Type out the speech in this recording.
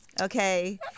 Okay